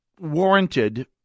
warranted